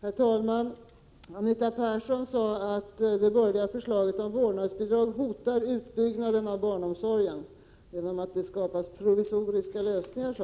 Herr talman! Anita Persson sade att det borgerliga förslaget om vårdnadsbidrag hotar utbyggnaden av barnomsorgen genom att det skapas provisoriska lösningar.